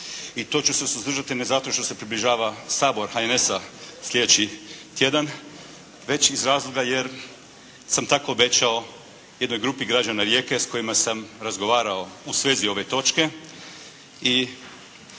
i to ću se suzdržati ne zato što se približava sabor HNS-a slijedeći tjedan već iz razloga jer sam tako obećao jednoj grupi građana Rijeke s kojima sam razgovarao u svezi ove točke.